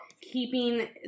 keeping